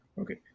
okay